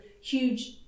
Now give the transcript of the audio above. huge